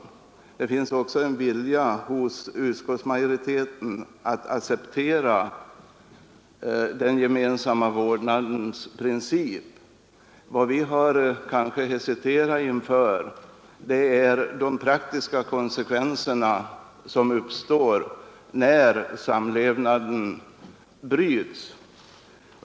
Det finns också en vilja hos utskottsmajoriteten att acceptera den gemensamma vårdnadens princip. Vad vi kanske hesiterat inför är de praktiska konsekvenser som uppstår när samlevnaden bryts.